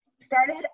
started